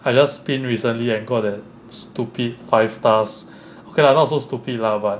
I just spin recently and got that stupid five stars okay lah not so stupid lah but